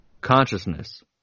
Consciousness